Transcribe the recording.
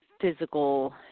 physical